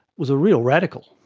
was a real radical,